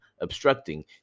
obstructing